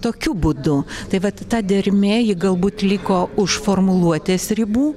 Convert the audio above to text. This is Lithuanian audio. tokiu būdu tai vat ta dermė ji galbūt liko už formuluotės ribų